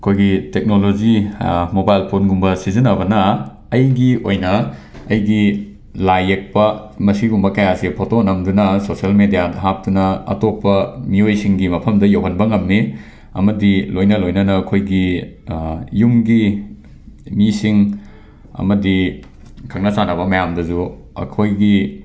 ꯑꯩꯈꯣꯏꯒꯤ technology mobile ꯐꯣꯟꯒꯨꯝꯕ ꯁꯤꯖꯟꯅꯕꯅ ꯑꯩꯒꯤ ꯑꯣꯏꯅ ꯑꯩꯒꯤ ꯂꯥꯏ ꯌꯦꯛꯄ ꯃꯁꯤꯒꯨꯝꯕ ꯀꯌꯥꯁꯦ ꯐꯣꯇꯣ ꯅꯝꯗꯨꯅ ꯁꯣꯁꯦꯜ ꯃꯦꯗ꯭ꯌꯥꯗ ꯍꯥꯞꯇꯨꯅ ꯑꯇꯣꯞꯄ ꯃꯤꯑꯣꯏꯁꯤꯡꯒꯤ ꯃꯐꯝꯗ ꯌꯧꯍꯟꯕ ꯉꯝꯃꯤ ꯑꯃꯗꯤ ꯂꯣꯏꯅ ꯂꯣꯏꯅꯅ ꯑꯩꯈꯣꯏꯒꯤ ꯌꯨꯝꯒꯤ ꯃꯤꯁꯤꯡ ꯑꯃꯗꯤ ꯈꯪꯅ ꯆꯥꯟꯕ ꯃꯌꯥꯝꯗꯁꯨ ꯑꯩꯈꯣꯏꯒꯤ